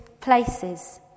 places